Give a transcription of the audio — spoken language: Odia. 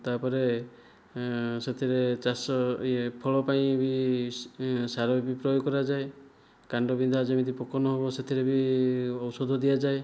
ତା'ପରେ ସେଥିରେ ଚାଷ ଫଳ ପାଇଁ ବି ସାର ବି ପ୍ରୟୋଗ କରାଯାଏ କାଣ୍ଡବିନ୍ଧା ଯେମିତି ପୋକ ନହେବ ସେଥିରେ ବି ଔଷଧ ଦିଆଯାଏ